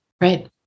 Right